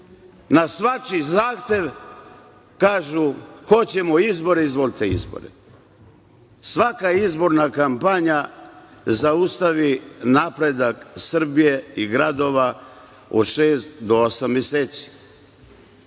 na svačiji zahtev, kada kažu: „Hoćemo izbore“ – izvolite izbore? Svaka izborna kampanja zaustavi napredak Srbije i gradova od šest do osam meseci.